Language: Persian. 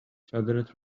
چادرت